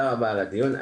רבה על הדיון.